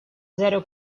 zero